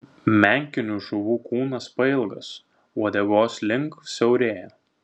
menkinių žuvų kūnas pailgas uodegos link siaurėja